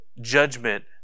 judgment